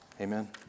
Amen